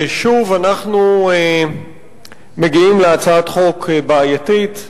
שוב אנחנו מגיעים להצעת חוק בעייתית,